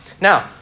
Now